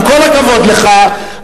עם כל הכבוד לך,